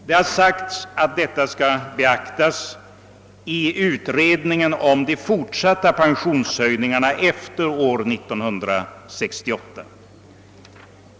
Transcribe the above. Det har sagts att detta yrkande skall beaktas i utredningen om de fortsatta pensionshöjningarna efter år 1968.